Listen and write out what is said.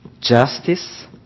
Justice